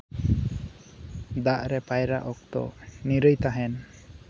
ᱫᱟᱜ ᱨᱮ ᱯᱟᱭᱨᱟᱜ ᱚᱠᱛᱚ ᱱᱤᱨᱟᱹᱭ ᱛᱟᱦᱮᱱ